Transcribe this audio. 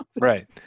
Right